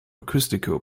acústico